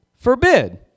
forbid